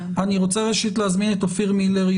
ראשית אני רוצה להזמין את אופיר מילר,